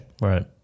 Right